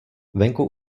venku